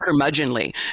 curmudgeonly